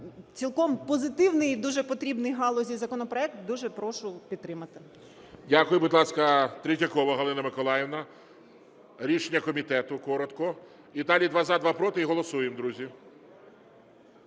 цілком позитивний і дуже потрібний галузі законопроект. Дуже прошу підтримати. ГОЛОВУЮЧИЙ. Дякую. Будь ласка, Третьякова Галина Миколаївна. Рішення комітету коротко. І далі два – за, два – проти, і голосуємо, друзі.